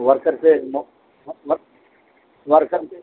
workers இன்னும் ஒர் work workers